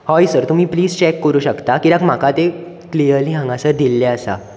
हय सर तुमी please check करूंक शकता कित्याक म्हाका ते क्लिअर्ली हांगासर दिल्ले आसा